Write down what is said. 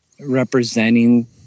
representing